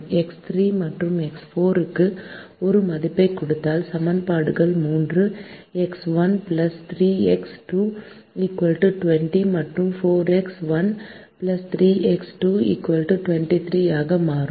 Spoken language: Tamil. எக்ஸ் 3 மற்றும் எக்ஸ் 4 க்கு 1 மதிப்பைக் கொடுத்தால் சமன்பாடுகள் 3 எக்ஸ் 1 3 எக்ஸ் 2 20 மற்றும் 4 எக்ஸ் 1 3 எக்ஸ் 2 23 ஆக மாறும்